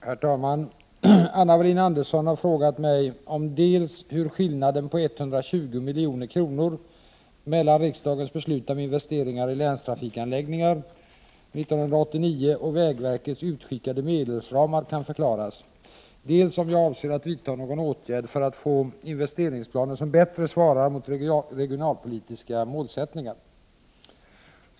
Herr talman! Anna Wohlin-Andersson har frågat mig dels hur skillnaden på 120 milj.kr. mellan riksdagens beslut om investeringar i länstrafikanlägg ningar år 1989 och vägverkets utskickade medelsramar kan förklaras, dels om jag avser att vidta någon åtgärd för att få investeringsplaner som bättre svarar mot regionalpolitiska målsättningar.